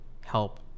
help